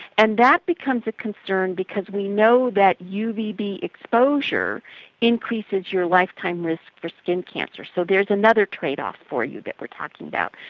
and that becomes a concern because we know that uvb exposure increases your lifetime risk for skin cancer. so there's another trade-off for you that we are talking about.